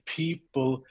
people